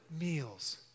meals